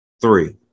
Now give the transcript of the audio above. Three